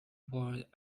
ward